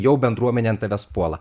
jau bendruomenė ant tavęs puola